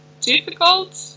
difficult